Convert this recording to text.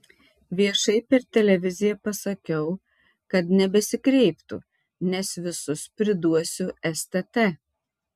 viešai per televiziją pasakiau kad nebesikreiptų nes visus priduosiu stt